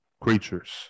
creatures